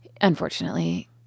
Unfortunately